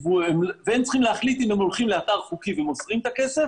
והם צריכים להחליט אם הם הולכים לאתר חוקי ומוסרים את הכסף